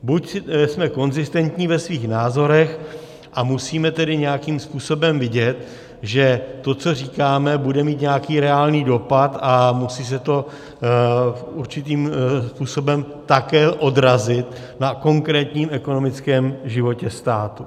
Buď jsme konzistentní ve svých názorech, a musíme tedy nějakým způsobem vidět, že to, co říkáme, bude mít nějaký reálný dopad a musí se to určitým způsobem také odrazit na konkrétním ekonomickém životě státu.